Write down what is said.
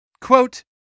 Quote